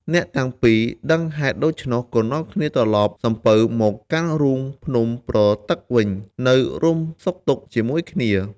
អ្នកទាំងពីរដឹងហេតុដូច្នោះ ក៏នាំគ្នាត្រឡប់សំពៅមកកាន់រូងភ្នំប្រទឹកវិញ នៅរួមសុខទុក្ខជាមួយគ្នា ។